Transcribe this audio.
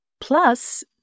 Plus